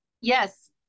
Yes